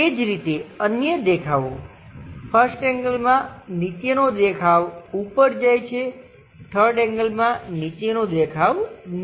એ જ રીતે અન્ય દેખાવો 1st એંગલમાં નીચેનો દેખાવ ઉપર જાય છે 3rd એંગલમાં નીચેનો દેખાવ નીચે આવે છે